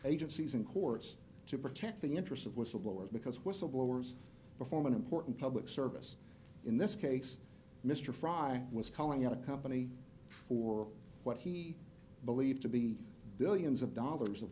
agencies and courts to protect the interests of whistleblowers because whistleblowers perform an important public service in this case mr fry was calling out a company for what he believed to be billions of dollars of